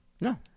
No